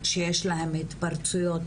שיש להם התפרצויות,